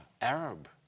Arab